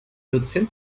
dozent